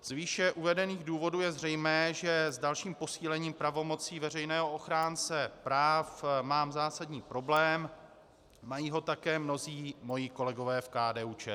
Z výše uvedených důvodů je zřejmé, že s dalším posílením pravomocí veřejného ochránce práv mám zásadní problém, mají ho také mnozí moji kolegové v KDUČSL.